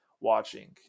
watching